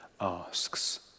asks